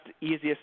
easiest